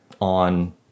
on